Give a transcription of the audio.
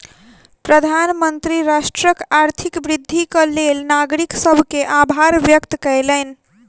प्रधानमंत्री राष्ट्रक आर्थिक वृद्धिक लेल नागरिक सभ के आभार व्यक्त कयलैन